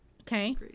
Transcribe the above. okay